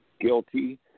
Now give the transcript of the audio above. guilty